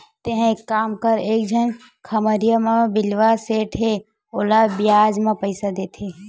तेंहा एक काम कर एक झन खम्हरिया म बिलवा सेठ हे ओहा बियाज म पइसा देथे